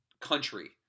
country